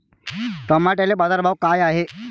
टमाट्याले बाजारभाव काय हाय?